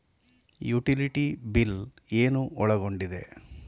Utility bill ಏನು ಒಳಗೊಂಡಿದೆ?